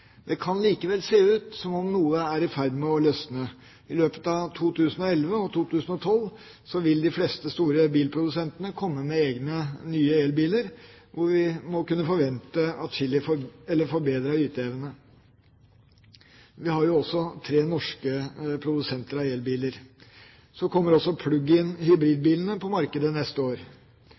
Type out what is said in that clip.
Det kan likevel se ut som om noe er i ferd med å løsne. I løpet av 2011 og 2012 vil de fleste store bilprodusentene komme med egne, nye elbiler hvor vi må kunne forvente forbedret yteevne. Vi har også tre norske produsenter av elbiler. Så kommer også plug-in-hybridbiler på markedet neste år.